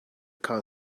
car